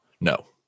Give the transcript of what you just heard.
No